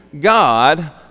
God